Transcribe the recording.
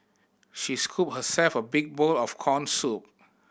she scooped herself a big bowl of corn soup